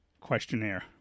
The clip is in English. questionnaire